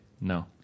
No